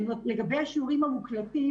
לגבי השיעורים המוקלטים,